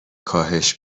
کاهش